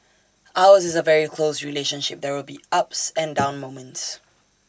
ours is A very close relationship there will be ups and down moments